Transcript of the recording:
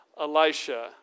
Elisha